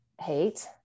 hate